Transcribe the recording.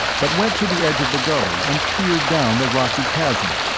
but went to the edge of the gully and peered down the rocky chasm.